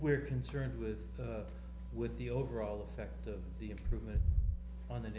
we're concerned with with the overall effect of the improvement on the